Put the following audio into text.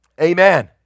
Amen